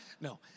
No